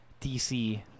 DC